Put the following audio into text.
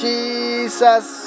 Jesus